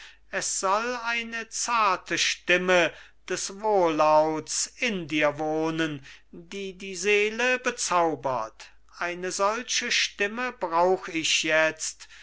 es soll eine zarte stimme des wohllauts in dir wohnen die die seele bezaubert eine solche stimme brauch ich jetzt